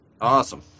Awesome